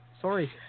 Sorry